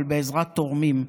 אבל בעזרת תורמים.